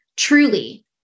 Truly